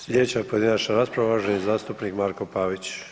Sljedeća pojedinačna rasprava uvaženi zastupnik Marko Pavić.